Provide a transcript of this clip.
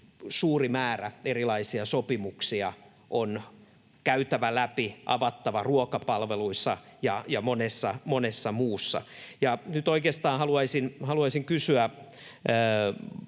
suuri määrä erilaisia sopimuksia on käytävä läpi, avattava ruokapalveluissa ja monessa muussa. Ja nyt oikeastaan haluaisin kysyä